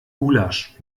gulasch